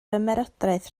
ymerodraeth